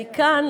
מכאן,